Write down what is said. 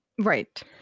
Right